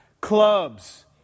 clubs